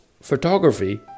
photography